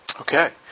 Okay